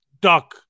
Duck